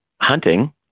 hunting